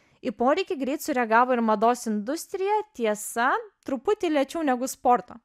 į poreikį greit sureagavo ir mados industrija tiesa truputį lėčiau negu sporto